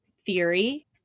theory